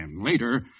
Later